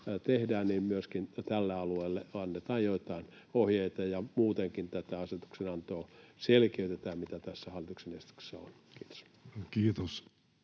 niin myöskin tälle alueelle annetaan joitain ohjeita ja muutenkin selkeytetään tätä asetuksenantoa, mikä tässä hallituksen esityksessä on. — Kiitos. Kiitos.